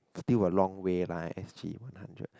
still a long way lah S_G one hundred